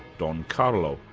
don carlos,